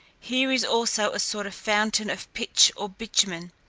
here is also a sort of fountain of pitch or bitumen,